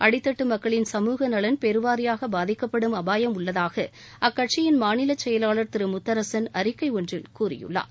அடித்தட்டு மக்களின் சமூக நலன் பெருவாரியாக பாதிக்கப்படும் அபாயம் உள்ளதாக அக்கடசியின் மாநில செயலாளர் திரு முத்தரசன் அறிக்கை ஒன்றில் கூறியுள்ளார்